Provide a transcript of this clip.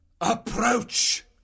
approach